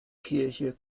kirche